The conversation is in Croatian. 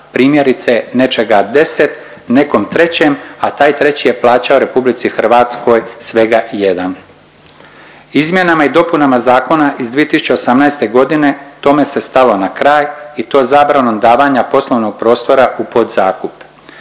primjerice nečega 10 nekom trećem, a taj treći je plaćao RH svega 1. Izmjenama i dopunama zakona iz 2018. godine, tome se stalo na kraj i to zabranom davanja poslovnog prostora u podzakup,